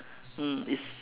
mm it's